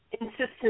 insistence